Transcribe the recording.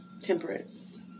temperance